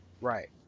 Right